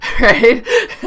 right